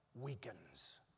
weakens